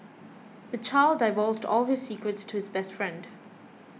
the child divulged all his secrets to his best friend